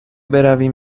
برویم